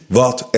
wat